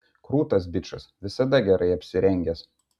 krūtas bičas visada gerai apsirengęs